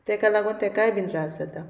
ताका लागून ताकाय बीन त्रास जाता